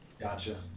gotcha